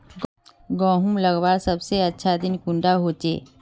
गहुम लगवार सबसे अच्छा दिन कुंडा होचे?